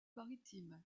maritimes